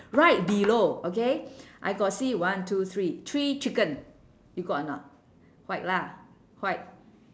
right below okay I got see one two three three chicken you got or not white lah white